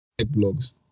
blogs